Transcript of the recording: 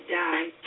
die